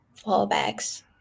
fallbacks